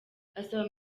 asaba